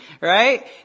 right